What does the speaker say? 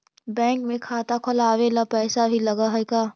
Bank में खाता खोलाबे ल पैसा भी लग है का?